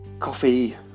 coffee